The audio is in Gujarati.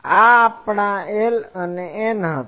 આ આપણા L અને N હતા